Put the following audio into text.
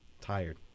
tired